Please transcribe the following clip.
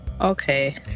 Okay